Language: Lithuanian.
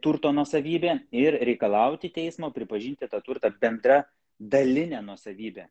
turto nuosavybę ir reikalauti teismo pripažinti tą turtą bendra dalinę nuosavybę